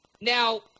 Now